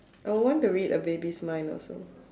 I want to read a baby's mind also